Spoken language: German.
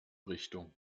richtung